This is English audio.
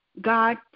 God